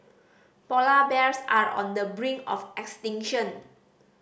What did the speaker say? polar bears are on the brink of extinction